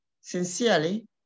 sincerely